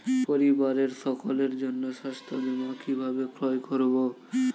পরিবারের সকলের জন্য স্বাস্থ্য বীমা কিভাবে ক্রয় করব?